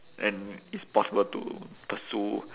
and it's possible to pursue